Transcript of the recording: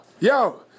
Yo